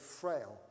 frail